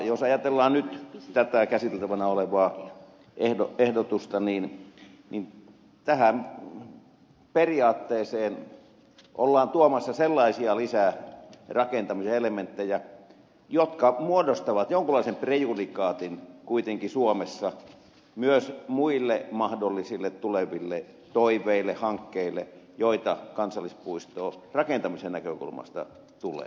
jos ajatellaan nyt tätä käsiteltävänä olevaa ehdotusta niin tähän periaatteeseen ollaan tuomassa sellaisia lisärakentamisen elementtejä jotka muodostavat jonkinlaisen prejudikaatin kuitenkin suomessa myös muille mahdollisille tuleville toiveille hankkeille joita kansallispuistoon rakentamisen näkökulmasta tulee